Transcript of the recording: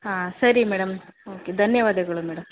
ಹಾಂ ಸರಿ madam okay ಧನ್ಯವಾದಗಳು ಮೇಡಮ್